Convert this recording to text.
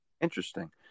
interesting